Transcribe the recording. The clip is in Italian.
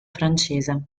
francese